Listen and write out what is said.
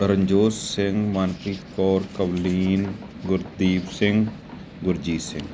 Ranjot Singh Manpreet Kaur Pavleen Gurdeep Singh Gurjeet Singh